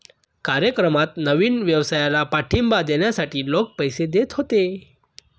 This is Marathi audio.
कार्यक्रमात नवीन व्यवसायाला पाठिंबा देण्यासाठी लोक पैसे देत होते